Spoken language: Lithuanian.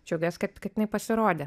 džiaugiuos kad kad jinai pasirodė